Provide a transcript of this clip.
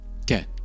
Okay